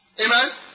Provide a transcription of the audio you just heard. Amen